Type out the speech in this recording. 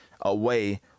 away